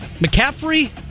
McCaffrey